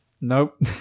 Nope